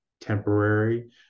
temporary